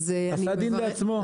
עשה דין לעצמו.